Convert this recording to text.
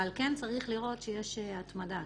אבל כן צריך לראות שיש התמדה.